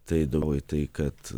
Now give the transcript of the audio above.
tai eidavo į tai kad